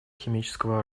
химического